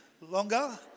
Longer